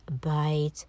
bite